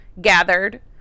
gathered